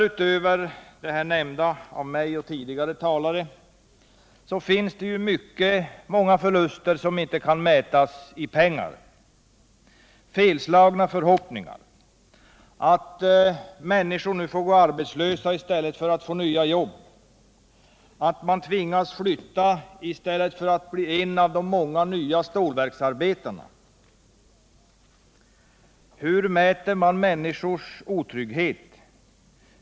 Utöver vad som nämnts av mig och tidigare talare finns det många förluster som inte kan mätas i pengar: felslagna förhoppningar, att människor nu får gå arbetslösa i stället för att få jobb, att man tvingas flytta i stället för att bli en av de många nya stålverksarbetarna. Hur mäter man människors otrygghet?